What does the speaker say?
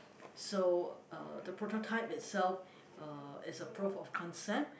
so uh the prototype itself uh is a proof of concept